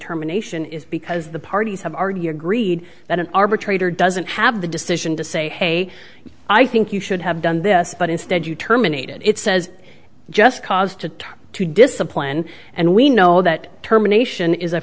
terminations is because the parties have argue agreed that an arbitrator doesn't have the decision to say hey i think you should have done this but instead you terminated it says just cause to talk to discipline and we know that term a nation is a